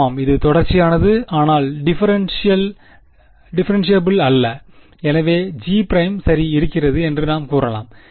ஆமாம் இது தொடர்ச்சியானது ஆனால் டிபரென்ஷிஅபில் அல்ல எனவே G′ சரி இருக்கிறது என்று நாம் கூறலாம்